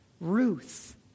Ruth